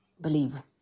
believe